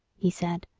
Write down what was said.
he said,